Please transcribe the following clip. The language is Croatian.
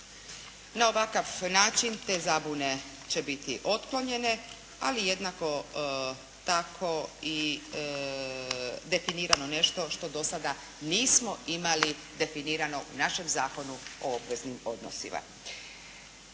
Na ovakav način, te zabune će biti otklonjenje ali jednako tako i definirano nešto što do sada nismo imali definirano u našem Zakonu o obveznim odnosima.